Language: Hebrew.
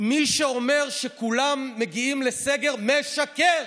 מי שאומר שכולם מגיעים לסגר משקר.